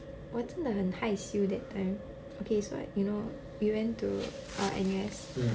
我真的很害羞 that time okay so like you know we went to N_U_S